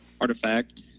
artifact